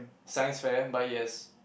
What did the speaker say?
Science fair but yes